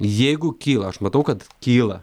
jeigu kyla aš matau kad kyla